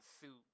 suit